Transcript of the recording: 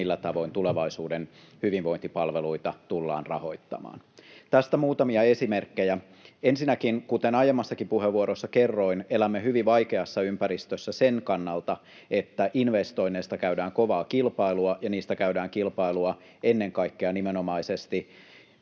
millä tavoin tulevaisuuden hyvinvointipalveluita tullaan rahoittamaan. Tästä muutamia esimerkkejä: Ensinnäkin, kuten aiemmassakin puheenvuorossa kerroin, elämme hyvin vaikeassa ympäristössä sen kannalta, että investoinneista käydään kovaa kilpailua ja niistä käydään kilpailua ennen kaikkea nimenomaisesti